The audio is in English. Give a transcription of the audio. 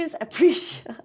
appreciate